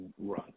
run